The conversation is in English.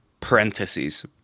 Parentheses